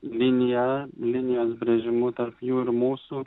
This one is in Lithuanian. linija linijos brėžimu tarp jų ir mūsų